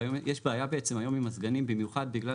יש בעיה בעצם היום עם מזגנים במיוחד בגלל